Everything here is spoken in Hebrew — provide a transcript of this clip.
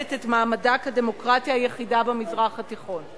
מאבדת את מעמדה כדמוקרטיה היחידה במזרח התיכון.